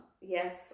Yes